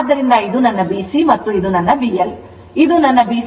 ಆದ್ದರಿಂದ ಇದು ನನ್ನ BC ಮತ್ತು ಇದು ನನ್ನ BL